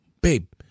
babe